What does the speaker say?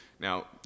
Now